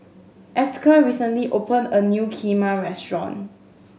Esker recently opened a new Kheema restaurant